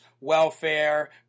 welfare